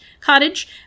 cottage